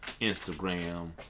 Instagram